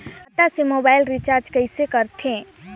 खाता से mobile recharge कइसे करथे